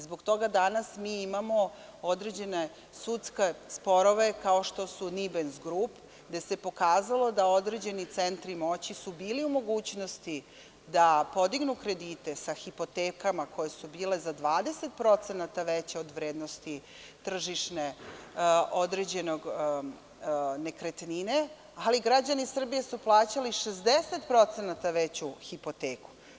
Zbog toga danas mi imamo određene sudske sporove kao što su Nibens Group, gde se pokazalo da su određeni centri moći bili u mogućnosti da podignu kredite sa hipotekama koje su bile za 20% veće od vrednosti određene nekretnine, ali građani Srbije su plaćali 60% veću hipoteku.